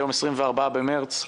היום 24 במרס 2020,